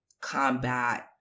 combat